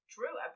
True